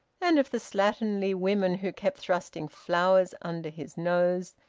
and of the slatternly women who kept thrusting flowers under his nose,